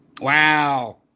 wow